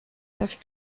have